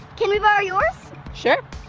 can we borrow yours? sure!